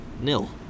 nil